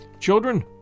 Children